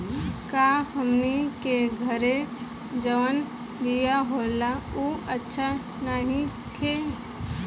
का हमनी के घरे जवन बिया होला उ अच्छा नईखे?